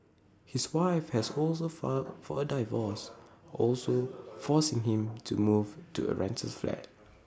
his wife has also filed for A divorce forcing him to move to A rental flat